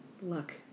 Luck